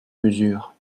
mesures